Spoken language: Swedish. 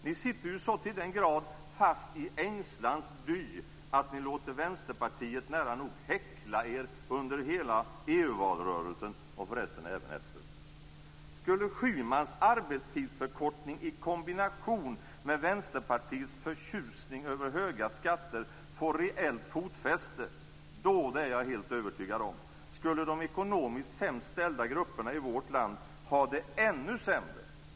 Ni sitter så till den grad fast i ängslans dy att ni låter Vänsterpartiet nära nog häckla er under hela EU-valrörelsen och förresten även efter. Skulle Schymans arbetstidsförkortning i kombination med Vänsterpartiets förtjusning över höga skatter få reellt fotfäste, då, det är jag helt övertygad om, skulle de ekonomiskt sämst ställda grupperna i vårt land ha det ännu sämre.